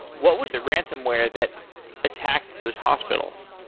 what was the ransomware that attacked those hospitals?